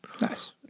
Nice